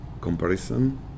comparison